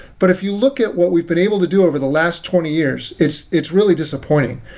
but if you look at what we've been able to do over the last twenty years, it's it's really disappointing.